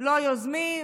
לא יוזמים,